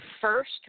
first